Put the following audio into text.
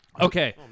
okay